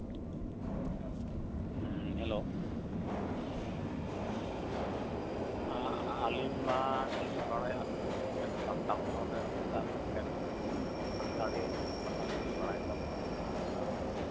ᱦᱮᱸ ᱦᱮᱞᱳ ᱟᱞᱤᱧ ᱢᱟᱞᱤᱧ ᱵᱟᱲᱟᱭᱟ ᱟᱵᱤᱱ ᱢᱤᱫᱴᱮᱱ ᱥᱟᱱᱛᱟᱲ ᱢᱚᱦᱚᱞ ᱨᱮᱱ ᱵᱤᱥᱟᱞ ᱢᱤᱫᱴᱮᱱ ᱥᱟᱱᱛᱟᱲᱤ ᱤᱥᱤᱱ ᱵᱟᱥᱟᱝ ᱵᱮᱱ ᱵᱟᱲᱟᱭ ᱛᱟᱵᱚᱱᱟ ᱟᱨ